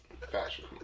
fashion